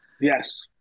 yes